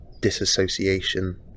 disassociation